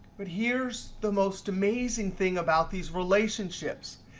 but here's the most amazing thing about these relationships.